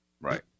right